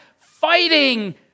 fighting